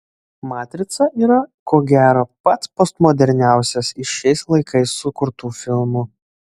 matrica yra ko gero pats postmoderniausias iš šiais laikais sukurtų filmų